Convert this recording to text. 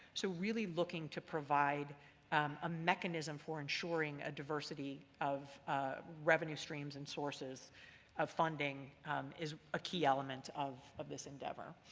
so really looking to provide um a mechanism for ensuring a diversity of revenue streams and sources of funding is a key element of of this endeavor.